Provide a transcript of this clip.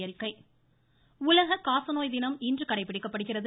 காசநோய் தினம் உலக காசநோய் தினம் இன்று கடைபிடிக்கப்படுகிறது